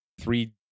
three